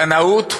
קנאות,